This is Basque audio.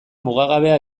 mugagabea